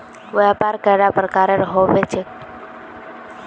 व्यापार कैडा प्रकारेर होबे चेक?